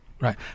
Right